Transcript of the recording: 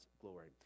glory